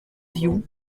vioù